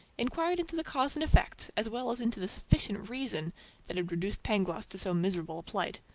inquired into the cause and effect, as well as into the sufficient reason that had reduced pangloss to so miserable a plight.